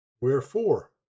Wherefore